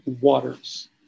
waters